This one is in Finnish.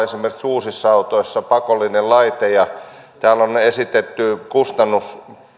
esimerkiksi uusissa autoissa pakollinen laite täällä on esitetty kustannus